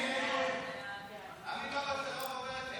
הסתייגות 1 לא נתקבלה.